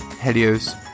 helios